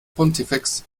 pontifex